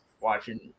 watching